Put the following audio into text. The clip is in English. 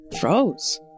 froze